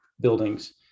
buildings